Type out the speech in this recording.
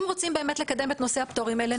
אם רוצים באמת לקדם את נושא הפטורים האלה,